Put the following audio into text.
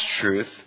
truth